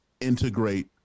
integrate